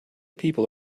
people